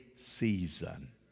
Season